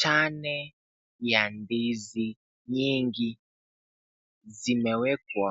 Chane ya ndizi nyingi zimewekwa